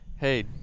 hey